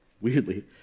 weirdly